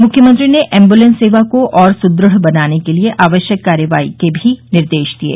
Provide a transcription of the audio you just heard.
मुख्यमंत्री ने ऐम्बूलेंस सेवा को और सुदृढ़ बनाने के लिये आवश्यक कार्रवाई के भी निर्देश दिये